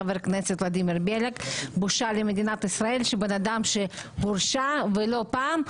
חבר הכנסת ולדימיר בליאק בושה למדינת ישראל שאדם שהורשע ולא פעם,